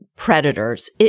predators